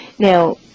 Now